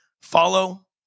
Follow